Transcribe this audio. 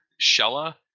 Shella